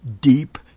deep